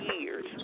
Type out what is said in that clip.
years